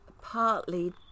partly